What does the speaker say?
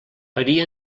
parir